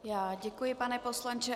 Já děkuji, pane poslanče.